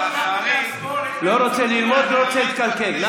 לא רוצה ללמוד, לא